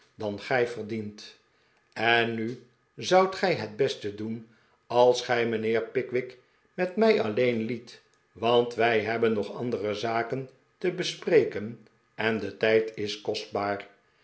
dan gij verdiendet en nu zoudt gij het beste doen als gij mijnheer pickwick met mij alleen liet want wij hebben nog andere zaken te bespreken en de tijd is kostbaar